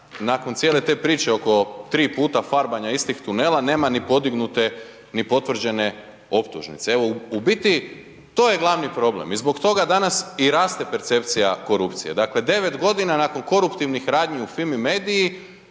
nakon cijele te priče oko 3 puta farbanja istih tunela nema ni podignute ni potvrđene optužnice. Evo u biti to je glavni problem i zbog toga danas i rate percepcija korupcije, dakle, 9 g. nakon koruptivnih radnji u FIMI MEDIJI,